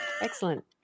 Excellent